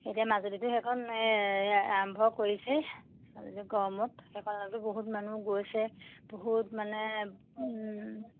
এতিয়া মাজুলীটো সেইখন আৰম্ভ কৰিছে গড়মূৰত সেইখনত বহুত মানুহ গৈছে বহুত মানে